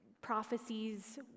prophecies